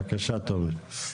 בבקשה, תומר.